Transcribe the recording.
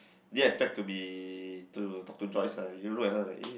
yes back to be to talk to Joyce ah you look at her like eh